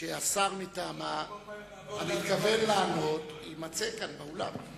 שהשר שמתכוון לענות מטעמה יימצא כאן באולם.